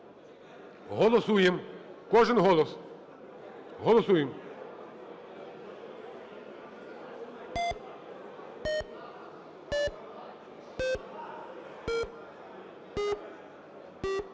Голосуємо. Кожен голос. Голосуємо.